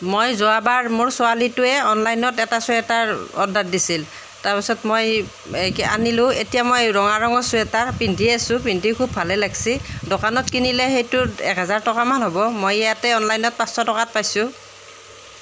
মই যোৱাবাৰ মোৰ ছোৱালীটোৱে অনলাইনত এটা চুৱেটাৰ অৰ্ডাৰ দিছিল তাৰ পিছত মই আনিলোঁ এতিয়া মই ৰঙা ৰংৰ চুৱেটাৰ পিন্ধি আছো পিন্ধি খুব ভালেই লাগছি দোকানত কিনিলে সেইটো এক হাজাৰমান টকা হ'ব মই ইয়াতে অনলাইনত পাঁচশ টকাত পাইছোঁ